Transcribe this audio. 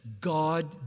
God